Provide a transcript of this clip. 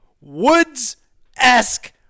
Woods-esque